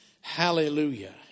Hallelujah